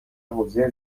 حوزه